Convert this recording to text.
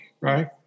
right